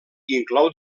inclou